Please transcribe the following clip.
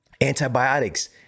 antibiotics